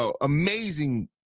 amazing